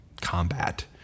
combat